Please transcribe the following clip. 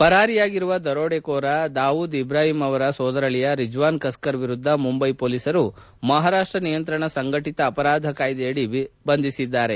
ಪರಾರಿಯಾಗಿರುವ ದರೋಡೆಕೋರ ದಾವೂದ್ ಇಬ್ರಾಹಿಂ ಅವರ ಸೋದರಳಿಯ ರಿಜ್ವಾನ್ ಕಸ್ಕರ್ ವಿರುದ್ದ ಮುಂಬೈ ಪೋಲಿಸರು ಮಹಾರಾಷ್ಟ ನಿಯಂತ್ರಣ ಸಂಘಟಿತ ಅವರಾಧ ಕಾಯ್ದೆಯಡಿ ವಿಧಿಸಿದ್ದಾರೆ